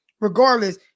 Regardless